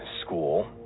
school